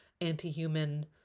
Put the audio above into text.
anti-human